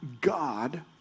God